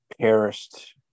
perished